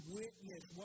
witness